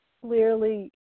clearly